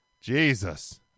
Jesus